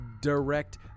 direct